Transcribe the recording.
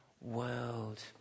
world